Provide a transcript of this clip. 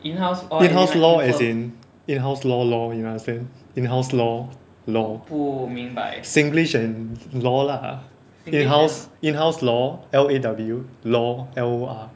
in house law as in in house law lor you got understand in house law lor singlish and law lah in house in house law L A W lor L O R